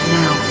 now